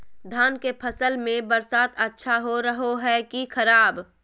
धान के फसल में बरसात अच्छा रहो है कि खराब?